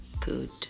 good